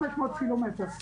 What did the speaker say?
500 קילומטר.